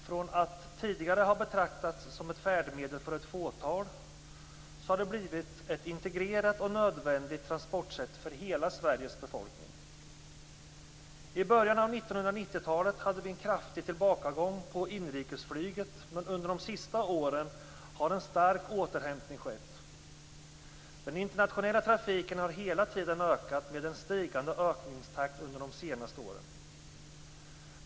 Från att tidigare ha betraktats som ett färdmedel för ett fåtal har det blivit ett integrerat och nödvändigt transportsätt för hela Sveriges befolkning. I början av 1990-talet hade vi en kraftig tillbakagång på inrikesflyget, men under de sista åren har en stark återhämtning skett. Den internationella trafiken har hela tiden ökat, med en stigande takt under de senaste åren.